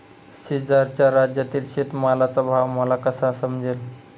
शेजारच्या राज्यातील शेतमालाचा भाव मला कसा समजेल?